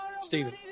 Stephen